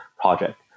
project